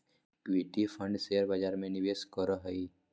equity fund share बजार में निवेश करो हइ